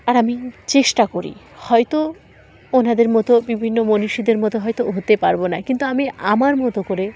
আর আমি চেষ্টা করি হয়তো ওনাদের মতো বিভিন্ন মনীষীদের মতো হয়তো হতে পারব না কিন্তু আমি আমার মতো করে